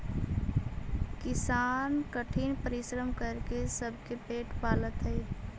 किसान कठिन परिश्रम करके सबके पेट पालऽ हइ